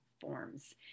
forms